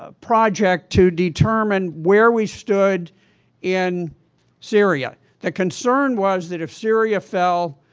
ah project to determine where we stood in syria. the concern was that if syria fell,